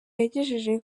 yagejeje